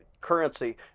Currency